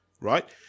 right